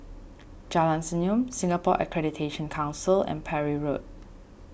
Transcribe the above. Jalan Senyum Singapore Accreditation Council and Parry Road